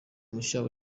mushya